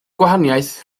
gwahaniaeth